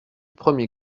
premier